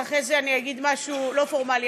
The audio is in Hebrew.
ואחרי זה אני אגיד משהו לא פורמלי.